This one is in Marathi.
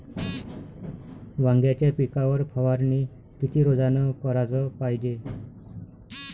वांग्याच्या पिकावर फवारनी किती रोजानं कराच पायजे?